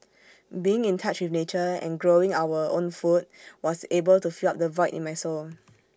being in touch with nature and growing own food was able to fill up the void in my soul